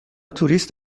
توریست